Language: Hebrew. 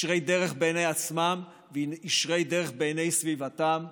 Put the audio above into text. ישרי דרך בעיני עצמם וישרי דרך בעיני סביבתם,